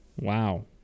wow